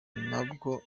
nabwo